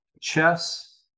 chess